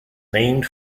named